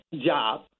job